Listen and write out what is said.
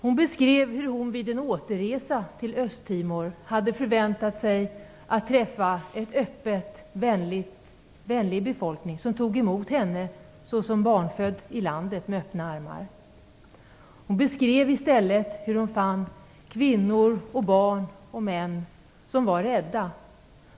Hon beskrev hur hon vid en återresa till Östtimor hade väntat sig att träffa en öppen och vänlig befolkning som tog emot henne, som var barnfödd i landet, med öppna armar. Hon beskrev hur hon i stället fann kvinnor, barn och män som var rädda.